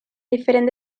diferent